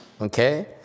Okay